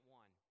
one